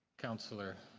councillor.